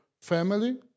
family